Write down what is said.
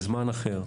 בזמן אחר.